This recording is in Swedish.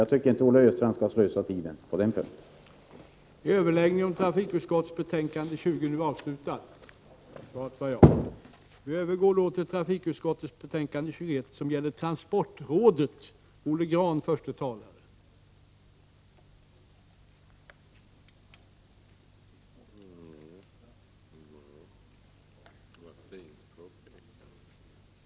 Jag tycker inte att Olle Östrand skall ägna tid åt att påstå att det förhåller sig på något annat sätt.